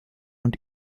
und